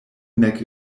nek